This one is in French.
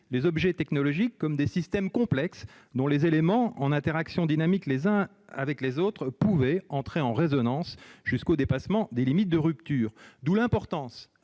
les objets technologiques comme des systèmes complexes, dont les éléments, en interaction dynamique les uns avec les autres, pouvaient entrer en résonance jusqu'au dépassement des limites de rupture. D'où l'importance